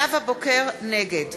נגד